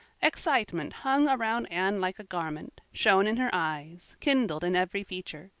excitement hung around anne like a garment, shone in her eyes, kindled in every feature.